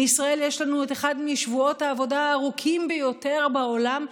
בישראל יש לנו את אחד משבועות העבודה הארוכים ביותר בעולם,